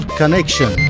connection